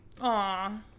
Aw